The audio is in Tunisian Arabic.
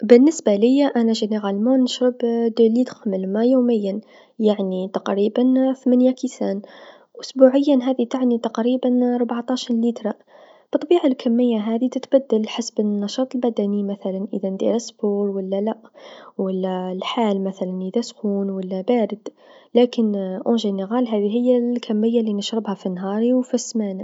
بالنسبة ليا أنا عموما نشرب ثنين ليتر من الما يوميا يعني تقريبا ثمنيا كيسان، أسبوعيا هذي تعني تقريبا ببعتاش ليترا، بالطبيعه هذي الكميه تتبدل حسب النشاط البدني مثلا إذا ندير الرياضه و لا لاء، و لا الحال مثلا إذا سخون و لا بارد، لكن عموما هذي هيا الكميه لنشربها في نهاري و في السمانه.